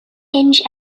hinge